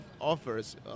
offers